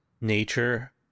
nature